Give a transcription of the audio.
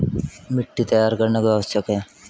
मिट्टी तैयार करना क्यों आवश्यक है?